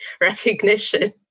recognition